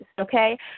okay